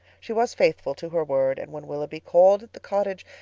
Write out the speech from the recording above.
she was faithful to her word and when willoughby called at the cottage,